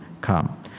come